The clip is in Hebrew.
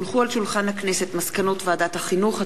הונחו על שולחן הכנסת מסקנות ועדת החינוך,